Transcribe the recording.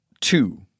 two